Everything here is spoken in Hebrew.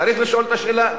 צריך לשאול את השאלה.